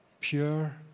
pure